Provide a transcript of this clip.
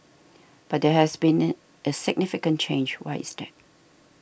but there has been a significant change why is that